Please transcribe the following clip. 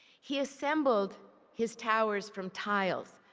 he assembled his towers from tiles,